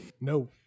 no